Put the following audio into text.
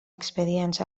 expedients